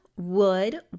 Wood